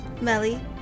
Melly